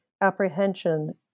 Apprehension